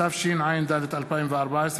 התשע"ד 2014,